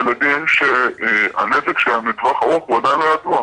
יש ילדים שהנזק שלהם לטווח ארוך הוא עדיין לא ידוע,